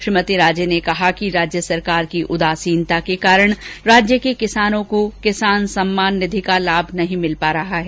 श्रीमती राजे ने कहा कि राज्य सरकार की उदासीनता के कारण राज्य के किसानों को किसान सम्मान निधि का लाभ नहीं मिल पा रहा है